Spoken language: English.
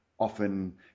often